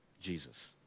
Jesus